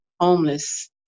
homeless